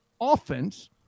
offense